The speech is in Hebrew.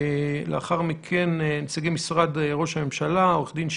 לאחר מכן את נציגי משרד ראש הממשלה עורך דין ש'